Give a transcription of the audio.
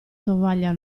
tovaglia